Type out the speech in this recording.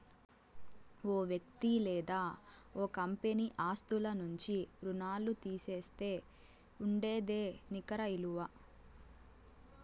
ఓ వ్యక్తి లేదా ఓ కంపెనీ ఆస్తుల నుంచి రుణాల్లు తీసేస్తే ఉండేదే నికర ఇలువ